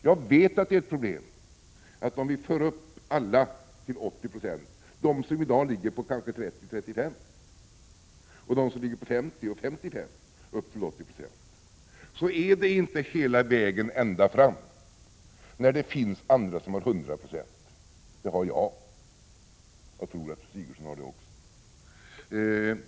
Jag vet att det är ett problem om alla som i dag ligger på 30-35 och 50-55 4 förs upp till 80 20. Det är inte hela vägen ända fram, när det finns andra som har 100 96 — det har jag, och jag tror att också Gertrud Sigurdsen har det.